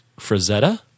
Frazetta